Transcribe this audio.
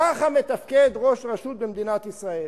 ככה מתפקד ראש רשות במדינת ישראל.